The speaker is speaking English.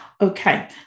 Okay